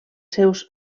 seus